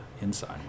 inside